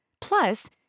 Plus